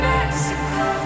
Mexico